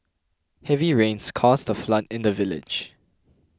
heavy rains caused the flood in the village